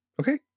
Okay